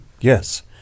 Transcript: Yes